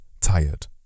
tired